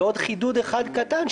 ועוד חידוד אחד קטן,